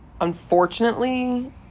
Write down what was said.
unfortunately